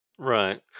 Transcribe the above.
right